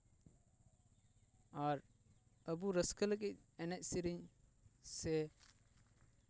ᱟᱨ ᱟᱵᱚ ᱨᱟᱹᱥᱠᱟᱹ ᱞᱟᱹᱜᱤᱫ ᱮᱱᱮᱡᱼᱥᱮᱨᱮᱧ ᱥᱮ